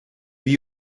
lui